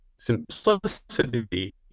simplicity